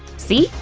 see?